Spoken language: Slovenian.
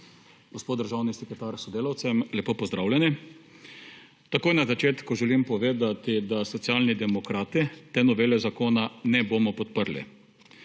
gospod državni sekretar s sodelavcem, lepo pozdravljeni! Takoj na začetku želim povedati, da Socialni demokrati te novele zakona ne bomo podprli.